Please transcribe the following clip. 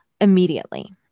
immediately